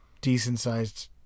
decent-sized